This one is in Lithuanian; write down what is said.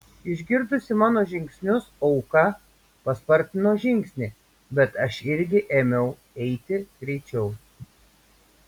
išgirdusi mano žingsnius auka paspartino žingsnį bet aš irgi ėmiau eiti greičiau